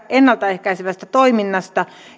ennalta ehkäisevästä toiminnasta